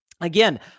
Again